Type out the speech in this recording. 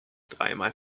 dreimal